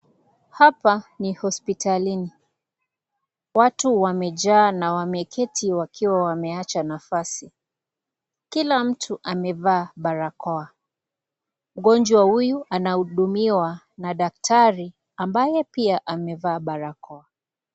Hapa ni hospitalini. Watu wamejaa na wameketi wakiwa wameacha nafasi. Kila mtu amevaa barakoa. Mgonjwa huyu anahudumiwa na daktari ambaye pia amevaa barakoa.